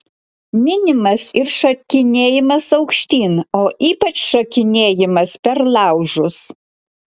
minimas ir šokinėjimas aukštyn o ypač šokinėjimas per laužus